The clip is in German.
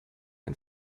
ein